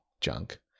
junk